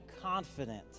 confident